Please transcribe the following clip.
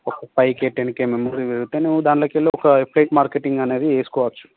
ఒక five K ten K memory పెరుగితే నువ్వు దానిలోకి వెళ్ళి ఒక ఫేక్ మార్కెటింగ్ అనేది చేసుకోవచ్చు